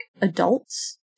adults